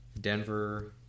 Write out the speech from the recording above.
Denver